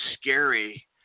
scary